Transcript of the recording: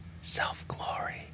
Self-glory